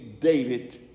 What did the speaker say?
David